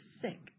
sick